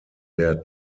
der